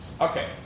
Okay